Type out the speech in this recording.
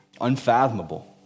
unfathomable